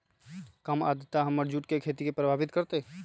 कम आद्रता हमर जुट के खेती के प्रभावित कारतै?